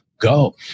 go